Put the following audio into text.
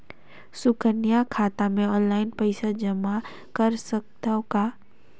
सुकन्या खाता मे ऑनलाइन पईसा जमा कर सकथव का?